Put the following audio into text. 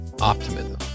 optimism